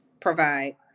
provide